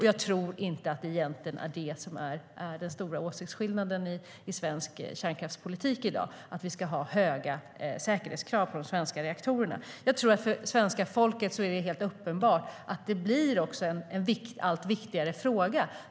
Jag tror inte att det är där den stora åsiktsskillnaden finns i svensk kärnkraftspolitik i dag. Vi ska ha höga säkerhetskrav på de svenska reaktorerna. Jag tror att det är helt uppenbart för svenska folket att det blir en allt viktigare fråga.